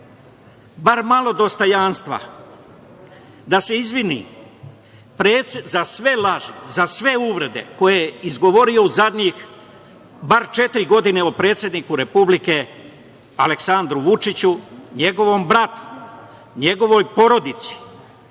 bar malo dostojanstva, da se izvini za sve laži, za sve uvrede koje je izgovorio u zadnjih bar četiri godine o predsedniku Republike Aleksandru Vučiću, njegovom bratu, njegovoj porodici,